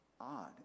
odd